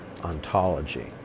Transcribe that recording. ontology